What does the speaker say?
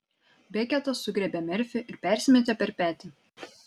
beketas sugriebė merfį ir persimetė per petį